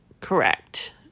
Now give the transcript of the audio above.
correct